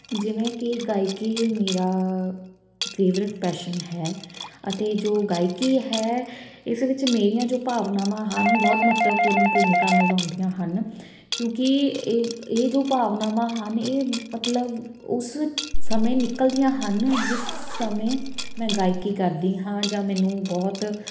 ਜਿਵੇਂ ਕਿ ਗਾਇਕੀ ਮੇਰਾ ਫੇਵਰਟ ਪੈਸ਼ਨ ਹੈ ਅਤੇ ਜੋ ਗਾਇਕੀ ਹੈ ਇਸ ਵਿੱਚ ਮੇਰੀਆਂ ਜੋ ਭਾਵਨਾਵਾਂ ਹਨ ਬਹੁਤ ਮਹੱਤਵਪੂਰਨ ਭੂਮਿਕਾ ਨਿਭਾਉਂਦੀਆਂ ਹਨ ਕਿਉਂਕੀ ਇਹ ਇਹ ਜੋ ਭਾਵਨਾਵਾਂ ਹਨ ਇਹ ਮਤਲਬ ਉਸ ਸਮੇਂ ਨਿਕਲਦੀਆਂ ਹਨ ਜਿਸ ਸਮੇਂ ਮੈਂ ਗਾਇਕੀ ਕਰਦੀ ਹਾਂ ਜਾਂ ਮੈਨੂੰ ਬਹੁਤ